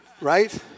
right